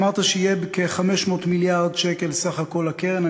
אמרת שיהיו כ-500 מיליארד שקל סך כל הקרן.